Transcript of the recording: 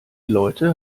leute